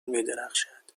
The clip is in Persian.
میدرخشد